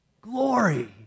glory